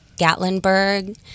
Gatlinburg